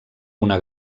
una